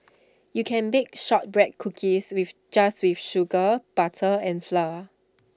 you can bake Shortbread Cookies with just with sugar butter and flour